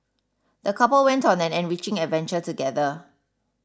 the couple went on an enriching adventure together